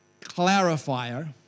clarifier